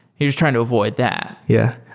you're just trying to avoid that. yeah.